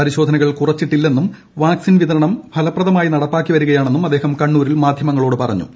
പരിശോധനകൾ കുറച്ചിട്ടില്ലെന്നും വാക്സിൻ വിതരണം ഫലപ്രദമായി നടപ്പാക്കി വരികയാണെന്നും അദ്ദേഹം കണ്ണൂരിൽ മാധൃമങ്ങളോട് പറ്റഞ്ഞു